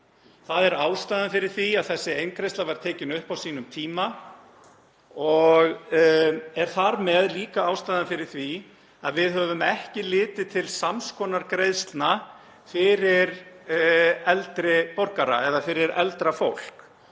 Það er ástæðan fyrir því að þessi eingreiðsla var tekin upp á sínum tíma og er þar með líka ástæðan fyrir því að við höfum ekki litið til sams konar greiðslna fyrir eldri borgara eða fyrir eldra fólk.